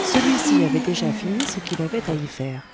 celui-ci avait déjà fini ce qu'il avait à y faire